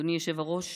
אדוני היושב-ראש,